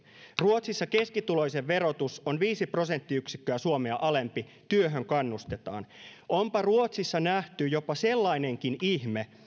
ruotsissa keskituloisen verotus on viisi prosenttiyksikköä suomea alempi työhön kannustetaan onpa ruotsissa nähty jopa sellainenkin ihme